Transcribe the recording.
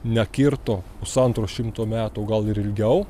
nekirto pusantro šimto metų gal ir ilgiau